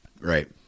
Right